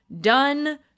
Done